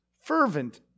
fervent